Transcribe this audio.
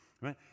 right